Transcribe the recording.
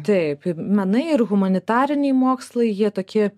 taip menai ir humanitariniai mokslai jie tokie